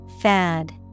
Fad